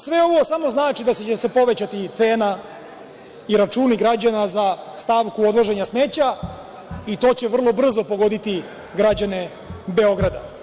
Sve ovo samo znači da će se povećati cena i računi građana za stavku odvoženja smeća i to će vrlo brzo pogoditi građane Beograda.